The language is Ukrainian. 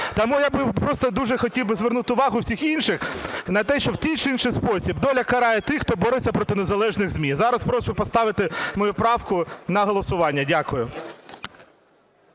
Тому я би просто дуже хотів би звернути увагу всіх інших на те, що в той чи інший спосіб доля карає тих, хто бореться проти незалежних ЗМІ. Зараз прошу поставити мою правку на голосування. Дякую.